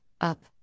up